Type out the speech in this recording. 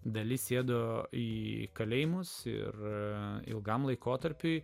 dalis sėdo į kalėjimus ir ilgam laikotarpiui